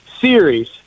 series